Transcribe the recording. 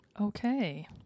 Okay